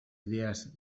idees